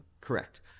Correct